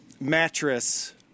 mattress